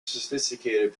sophisticated